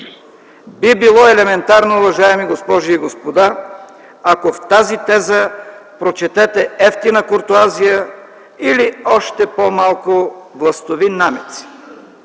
Би било елементарно, уважаеми госпожи и господа, ако в тази теза прочетете евтина куртоазия или още по-малко властови намеци.